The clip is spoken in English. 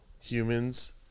humans